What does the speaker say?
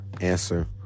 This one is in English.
answer